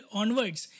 onwards